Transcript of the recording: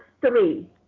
three